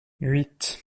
huit